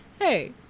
hey